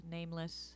Nameless